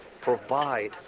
provide